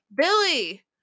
Billy